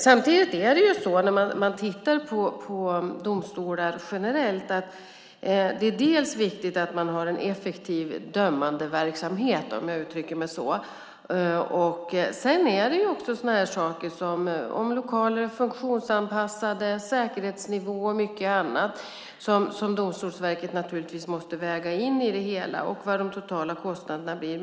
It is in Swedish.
Samtidigt, när man tittar på domstolar generellt, är det viktigt att det finns en effektiv dömandeverksamhet, om jag uttrycker mig så. Det handlar också om saker som funktionsanpassade lokaler, säkerhetsnivå och mycket annat som Domstolsverket måste väga in i det hela. Man måste se vad de totala kostnaderna blir.